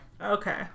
Okay